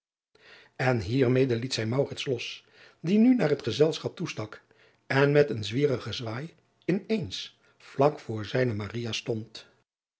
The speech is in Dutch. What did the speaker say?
n hiermede liet zij los die nu naar het gezelschap toestak en met een zwierigen zwaai in eens vlak voor zijne stond